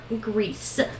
Greece